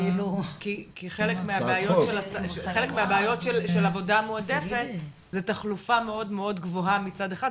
לק מהבעיות של עבודה מועדפת זה תחלופה מאוד מאוד גבוהה מצד אחד,